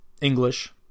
English